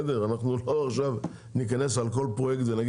אנחנו לא ניכנס עכשיו לכל פרויקט ונשאל